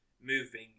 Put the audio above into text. moving